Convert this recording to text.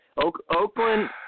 Oakland